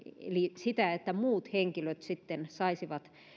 eli sitä että muut henkilöt sitten saisivat